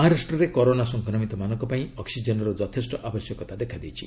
ମହାରାଷ୍ଟ୍ରରେ କରୋନା ସଂକ୍ରମିତମାନଙ୍କ ପାଇଁ ଅକ୍ସିକ୍ଜେନ୍ର ଯଥେଷ୍ଟ ଆବଶ୍ୟକତା ଦେଖାଦେଇଛି